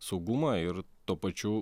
saugumą ir tuo pačiu